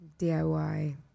DIY